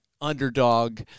underdog